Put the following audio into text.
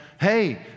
Hey